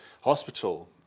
hospital